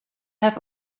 have